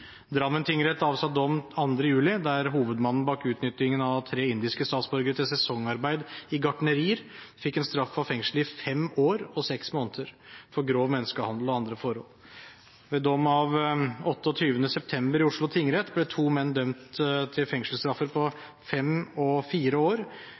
Drammen tingrett avsa dom 2. juli der hovedmannen bak utnyttingen av tre indiske statsborgere til sesongarbeid i gartnerier fikk en straff av fengsel i fem år og seks måneder for grov menneskehandel og andre forhold. Ved dom av 28. september i Oslo tingrett ble to menn dømt til fengselsstraffer på fem og fire år.